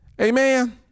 Amen